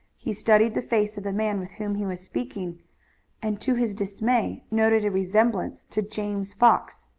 he studied the face of the man with whom he was speaking and to his dismay noted a resemblance to james fox.